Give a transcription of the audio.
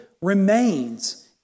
remains